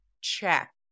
Check